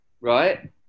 Right